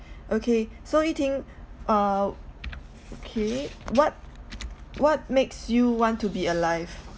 okay so yu ting uh okay what what makes you want to be alive